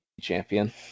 champion